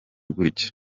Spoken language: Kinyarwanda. gutya